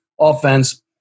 offense